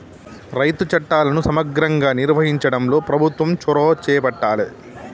రైతు చట్టాలను సమగ్రంగా నిర్వహించడంలో ప్రభుత్వం చొరవ చేపట్టాలె